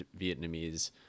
Vietnamese